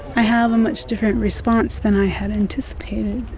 i have a much different response than i had anticipated.